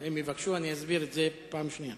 אם יבקשו, אני אסביר את זה פעם שנייה.